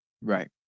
Right